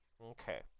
Okay